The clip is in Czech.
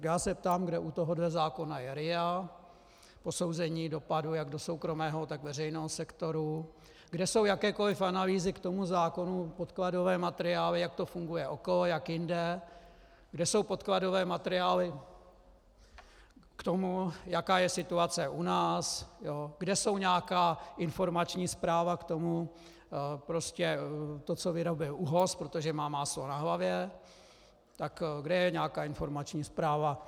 Já se ptám, kde u tohoto zákona je RIA, posouzení dopadů jak do soukromého, tak veřejného sektoru, kde jsou jakékoliv analýzy k tomu zákonu, podkladové materiály, jak to funguje okolo, jak jinde, kde jsou podkladové materiály k tomu, jaká je situace u nás, kde je nějaká informační zpráva k tomu, prostě to, co vyrobil ÚOHS, protože má máslo na hlavě, tak kde je nějaká informační zpráva?